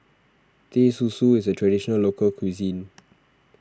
Teh Susu is a Traditional Local Cuisine